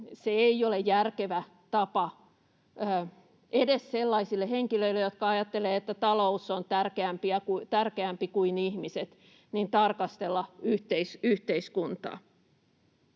se ei ole järkevä tapa — edes sellaisille henkilöille, jotka ajattelevat, että talous on tärkeämpi kuin ihmiset — tarkastella yhteiskuntaa.